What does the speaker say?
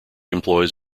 employs